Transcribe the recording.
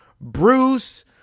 Bruce